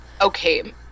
Okay